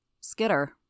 Skitter